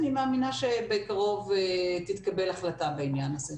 אני מאמינה שבקרוב תתקבל החלטה בעניין הזה.